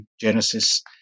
Genesis